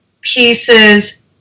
pieces